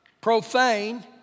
profane